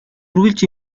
үргэлж